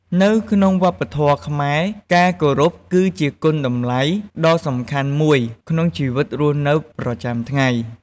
នៅក្នុងវប្បធម៌ខ្មែរ ការគោរពគឺជាគុណតម្លៃដ៏សំខាន់មួយក្នុងជីវិតរស់នៅប្រចាំថ្ងៃ។